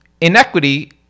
inequity